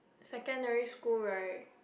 secondary school right